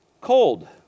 Cold